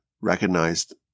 recognized